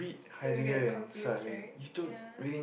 you'll get confused right ya